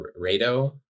Rado